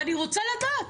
ואני רוצה לדעת,